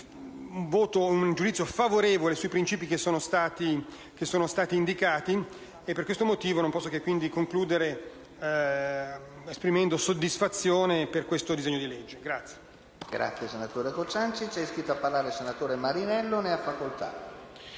voto e un giudizio favorevole sui principi che sono stati indicati e, per questo motivo, non posso quindi che concludere esprimendo soddisfazione per il disegno di legge in